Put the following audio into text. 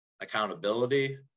accountability